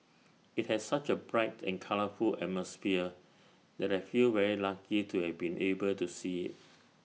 IT has such A bright and colourful atmosphere that I feel very lucky to have been able to see IT